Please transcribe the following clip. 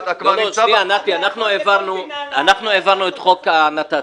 אנחנו העברנו את חוק הנת"צים,